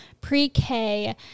pre-K